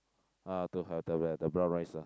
uh to have to have the brown rice ah